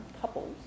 couples